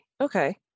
Okay